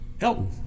Elton